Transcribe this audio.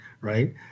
right